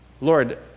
Lord